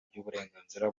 ry’uburenganzira